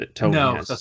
No